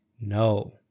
no